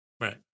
Right